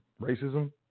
Racism